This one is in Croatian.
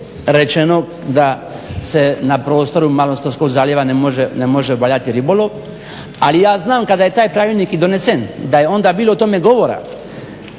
rečeno da se na prostoru Malostonskog zaljeva ne može obavljati ribolov. Ali ja znam kada je taj pravilnik i donesen da je onda bilo o tome govora